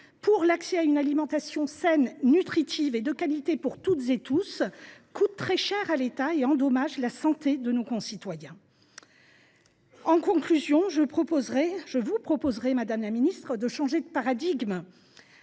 l’accès à une alimentation saine, nutritive et de qualité pour toutes et tous, coûte très cher à l’État et altère la santé de nos concitoyens. En conclusion, je vous proposerai, madame la ministre, de changer de paradigme,